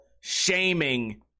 shaming